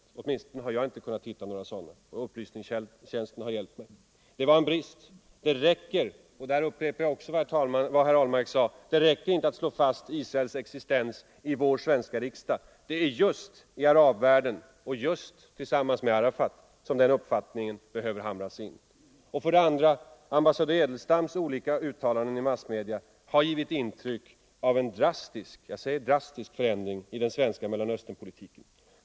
Jag har åtminstone inte kunnat hitta några sådana trots att riksdagens upplysningstjänst hjälpt mig. Det var en brist. Det räcker inte, och där upprepar jag också vad herr Ahlmark sade, att slå fast Israels existens i vår svenska riksdag. Det är just i arabvärlden och just tillsammans med Arafat som den uppfattningen behöver hamras in. För det andra har ambassadör Edelstams olika uttalanden i massmedia givit intryck av en drastisk förändring i den svenska Mellanösternpolitiken.